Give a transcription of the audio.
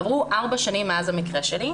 עברו ארבע שנים מאז המקרה שלי,